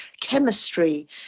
chemistry